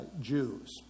Jews